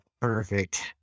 Perfect